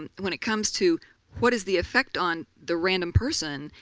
and when it comes to what is the effect on the random person,